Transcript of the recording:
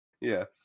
Yes